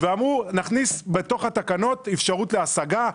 ואמרו: נכניס בתוך התקנות אפשרות להשגה,